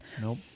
Nope